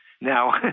Now